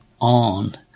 on